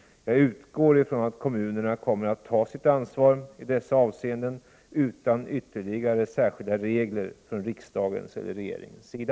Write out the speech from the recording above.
Jag utgår från att kommunerna kommer att ta sitt ansvar i dessa avseenden utan ytterligare särskilda regler från riksdagens eller regeringens sida.